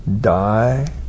die